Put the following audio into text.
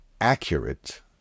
accurate